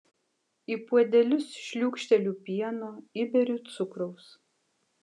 į puodelius šliūkšteliu pieno įberiu cukraus